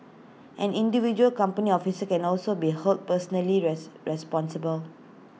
an individual company office can also be held personally responsible